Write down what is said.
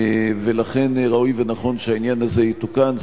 לכן ראוי ונכון שהעניין הזה יתוקן.